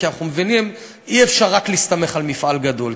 כי אנחנו מבינים: אי-אפשר רק להסתמך על מפעל גדול.